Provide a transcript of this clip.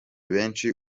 benshi